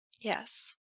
Yes